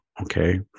Okay